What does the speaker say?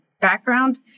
Background